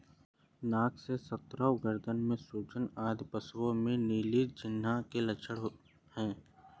नाक से स्राव, गर्दन में सूजन आदि पशुओं में नीली जिह्वा के लक्षण हैं